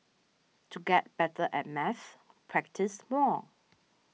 to get better at maths practise more